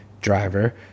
driver